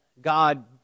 God